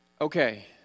Okay